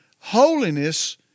holiness